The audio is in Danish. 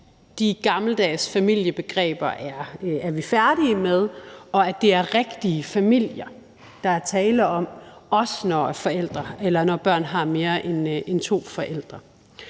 de gammeldags familiebegreber, og at det er rigtige familier, der er tale om, også når børn har mere end to forældre.